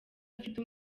afite